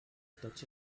tots